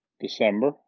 December